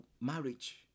marriage